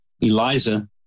Eliza